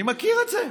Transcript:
אני מכיר את זה.